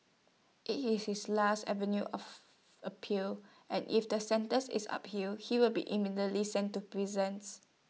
IT is his last avenue of appeal and if the sentence is uphill he will be immediately sent to prisons